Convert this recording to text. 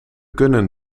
kunnen